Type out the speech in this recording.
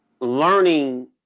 learning